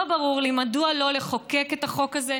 לא ברור לי מדוע שלא לחוקק את החוק הזה,